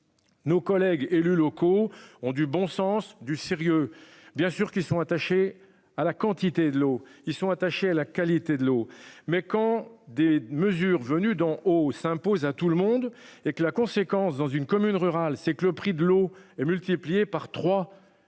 Nos collègues élus locaux ont du bon sens du sérieux bien sûr qui sont attachés à la quantité de l'eau, ils sont attachés à la qualité de l'eau. Mais quand des mesures venues d'en haut s'impose à tout le monde est que la conséquence dans une commune rurale, c'est que le prix de l'eau est multiplié par